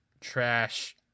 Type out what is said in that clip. trash